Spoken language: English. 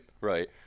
right